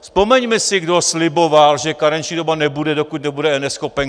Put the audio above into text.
Vzpomeňme si, kdo sliboval, že karenční doba nebude, dokud nebude eNeschopenka.